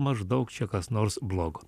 maždaug čia kas nors blogo